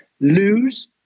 lose